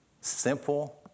Simple